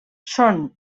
són